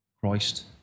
Christ